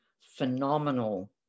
phenomenal